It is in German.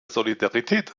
solidarität